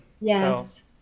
Yes